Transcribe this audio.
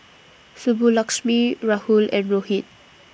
Subbulakshmi Rahul and Rohit